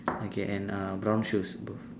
okay and uh brown shoes both